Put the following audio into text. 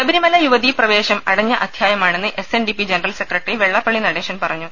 ശബരിമല യുവതീപ്രവേശം അടഞ്ഞ അധ്യായമാ ണെന്ന് S N D P general secretary Vellappally Natesan പറഞ്ഞു